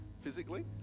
physically